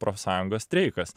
profsąjungos streikas